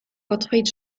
gottfried